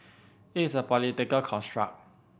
it is a political construct